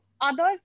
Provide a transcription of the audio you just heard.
others